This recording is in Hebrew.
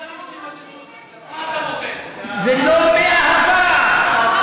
אתה צריך שימששו אותך, אז מה אתה בוכה?